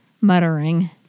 muttering